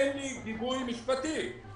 אין לי גיבוי משפטי.